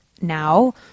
now